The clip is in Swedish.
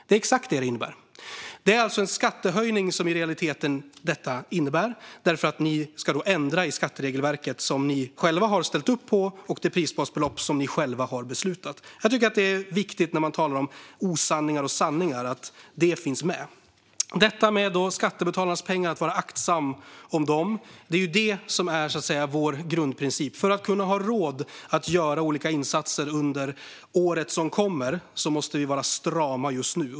Det är exakt det som det innebär. Detta innebär i realiteten en skattehöjning, för ni ska då ändra i det skatteregelverk som ni själva har ställt upp på och det prisbasbelopp som ni själva har beslutat, Teresa Carvalho. Jag tycker att det är viktigt att det finns med när man talar om osanningar och sanningar. Att man ska vara aktsam med skattebetalarnas pengar är, så att säga, vår grundprincip. För att vi ska kunna ha råd att göra olika insatser under året som kommer måste vi vara strama just nu.